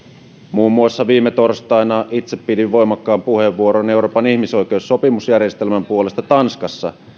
muun muassa viime torstaina itse pidin voimakkaan puheenvuoron euroopan ihmisoikeussopimusjärjestelmän puolesta tanskassa jossa